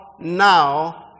now